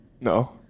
no